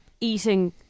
eating